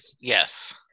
yes